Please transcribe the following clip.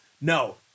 No